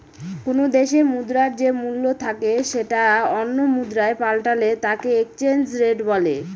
কোনো দেশে মুদ্রার যে মূল্য থাকে সেটা অন্য মুদ্রায় পাল্টালে তাকে এক্সচেঞ্জ রেট বলে